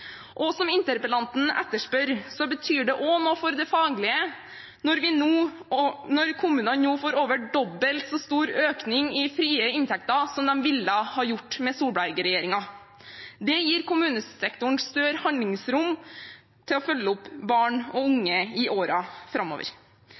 Og som interpellanten etterspør, betyr det også noe for det faglige når kommunene nå får over dobbelt så stor økning i frie inntekter som de ville ha fått med Solberg-regjeringen. Det gir kommunesektoren større handlingsrom til å følge opp barn og